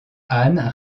anne